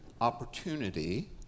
opportunity